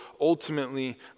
ultimately